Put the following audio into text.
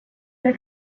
let